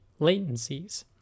latencies